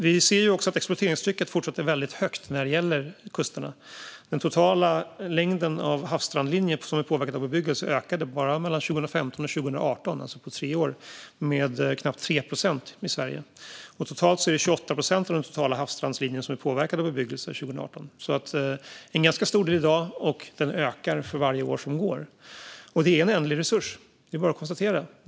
Vi ser också att exploateringstrycket fortsatt är väldigt högt när det gäller kusterna. Den totala längden av havsstrandlinje som är påverkad av bebyggelse ökade bara mellan 2015 och 2018, alltså på tre år, med knappt 3 procent i Sverige. Totalt var det 28 procent av den totala havsstrandslinjen som var påverkad av bebyggelse 2018. Det är alltså en ganska stor del i dag, och den ökar för varje år som går. Det är bara att konstatera att det här är en ändlig resurs.